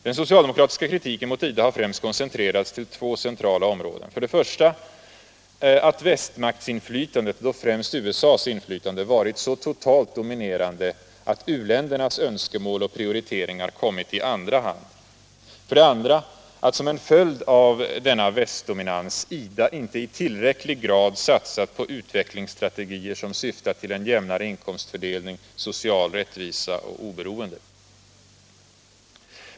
Den socialdemokratiska kritiken mot IDA har främst koncentrerats till två centrala områden: för det första att västmaktsinflytandet — och då främst USA:s inflytande — varit så totalt dominerande, att u-ländernas önskemål och prioriteringar kommit i andra hand, och för det andra att — som en följd av denna västdominans — IDA inte i tillräcklig grad satsat på utvecklingsstrategier som syftat till en jämnare inkomstfördelning, social rättvisa och oberoende.